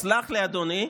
סלח לי, אדוני,